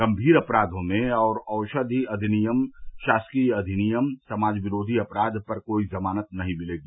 गंभीर अपराघों में और औषधि अधिनियम शासकीय अधिनियम समाज विरोधी अपराव पर कोई जमानत नहीं मिलेगी